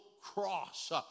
cross